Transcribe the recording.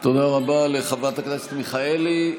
תודה רבה לחברת הכנסת מיכאלי.